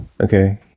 Okay